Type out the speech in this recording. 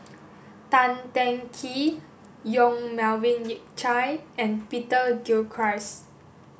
Tan Teng Kee Yong Melvin Yik Chye and Peter Gilchrist